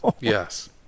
Yes